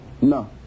No